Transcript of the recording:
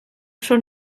schon